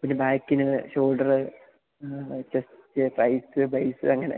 പിന്നെ ബായ്ക്കിന് shoulder chest triceps biceps അങ്ങനെ